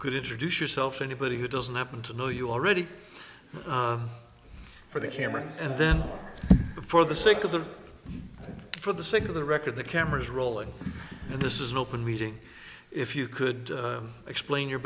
could introduce yourself anybody who doesn't happen to know you already for the camera and then for the sake of the for the sake of the record the cameras rolling and this is an open meeting if you could explain your